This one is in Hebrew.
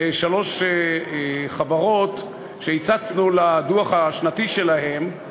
שלוש חברות שהצצנו לדוח השנתי שלהן,